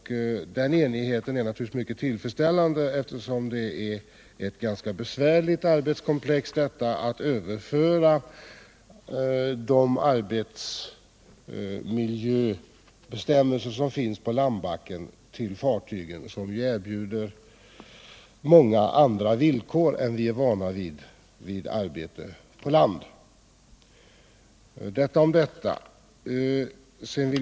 Den enigheten är naturligtvis mycket tillfredsställande, eftersom det är ganska besvärligt att överföra de arbetsmiljöbestämmelser som gäller på landbacken till fartyg, som erbjuder många andra villkor än dem vi är vana vid från arbetet på land.